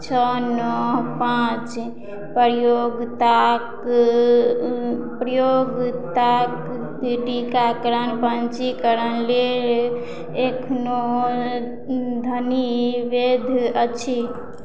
छओ नओ पाँच प्रयोगताक प्रयोगताक टीकाकरण पंजीकरण लेल एखनो धनी वैध अछि